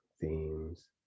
themes